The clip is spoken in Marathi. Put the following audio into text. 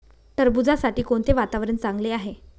टरबूजासाठी कोणते वातावरण चांगले आहे?